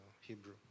Hebrew